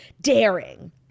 daring